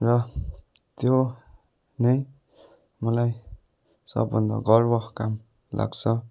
र त्यो नै मलाई सबभन्दा गर्वको काम लाग्छ